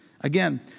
again